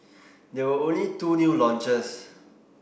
there were only two new launches